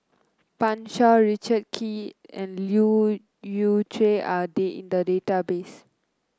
Pan Shou Richard Kee and Leu Yew Chye are they in the database